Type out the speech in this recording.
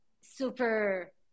super